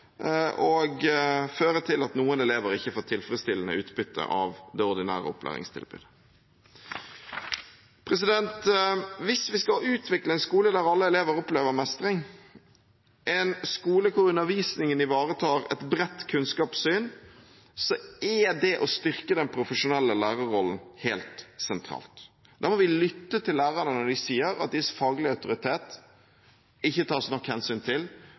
og føre til at noen elever ikke får tilfredsstillende utbytte av det ordinære opplæringstilbudet. Hvis vi skal utvikle en skole der alle elever opplever mestring, en skole der undervisningen ivaretar et bredt kunnskapssyn, er det å styrke den profesjonelle lærerrollen helt sentralt. Da må vi lytte til lærerne når de sier at deres faglige autoritet ikke tas nok hensyn til,